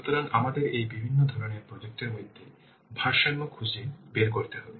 সুতরাং আমাদের এই বিভিন্ন ধরণের প্রজেক্ট এর মধ্যে ভারসাম্য খুঁজে বের করতে হবে